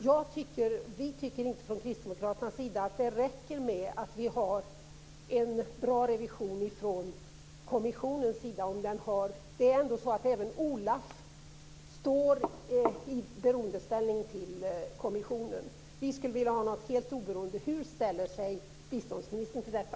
Kristdemokraterna tycker inte att det räcker med en bra revision från kommissionens sida. Även OLAF står ju i beroendeställning till kommissionen. Vi i Kristdemokraterna skulle vilja ha något helt oberoende.